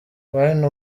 wine